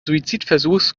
suizidversuches